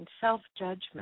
self-judgment